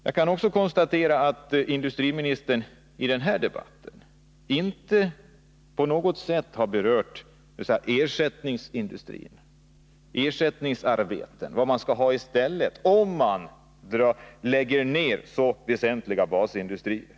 Jag kan också konstatera att industriministern i den här debatten inte på något sätt har berört ersättningsindustrier och vilka ersättningsarbeten man skall ha i stället, om man lägger ner så väsentliga basindustrier.